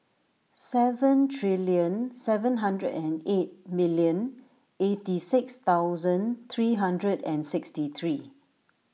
seven billion seven hundred and eight million eighty six thousand three hundred and sixty three